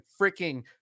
freaking